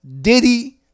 Diddy